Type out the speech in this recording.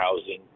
housing